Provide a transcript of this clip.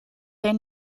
their